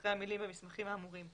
אחרי המילים "במסמכים האמורים"